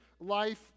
life